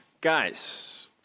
Guys